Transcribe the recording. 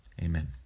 amen